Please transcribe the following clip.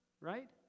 right